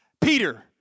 Peter